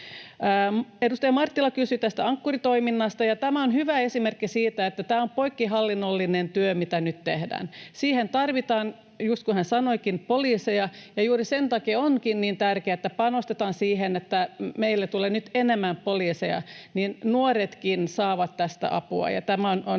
Edustaja Marttila kysyi Ankkuri-toiminnasta. Tämä on hyvä esimerkki siitä, että tämä on poikkihallinnollinen työ, mitä nyt tehdään. Siihen tarvitaan just, kuten hän sanoikin, poliiseja. Ja juuri sen takia onkin niin tärkeää, että panostetaan siihen, että meille tulee nyt enemmän poliiseja. Nuoretkin saavat tästä apua,